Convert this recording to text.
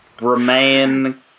remain